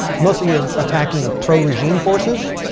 mostly, you're attacking pro-regime forces.